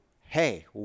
hey